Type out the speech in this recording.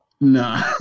no